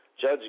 Judge